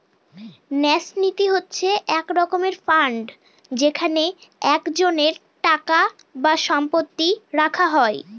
ন্যাস নীতি হচ্ছে এক রকমের ফান্ড যেখানে একজনের টাকা বা সম্পত্তি রাখা হয়